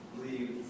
leave